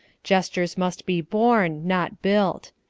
gestures must be born, not built.